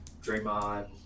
draymond